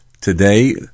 today